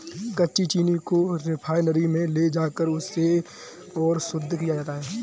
कच्ची चीनी को रिफाइनरी में ले जाकर इसे और शुद्ध किया जाता है